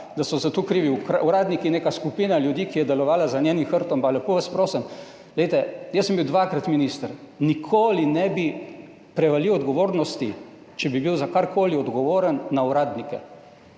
da so za to krivi uradniki, neka skupina ljudi, ki je delovala za njenim hrbtom. Pa lepo vas prosim. Glejte, jaz sem bil dvakrat minister. Nikoli ne bi prevalil odgovornosti, če bi bil za karkoli odgovoren, na uradnike,